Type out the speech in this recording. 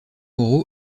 moreau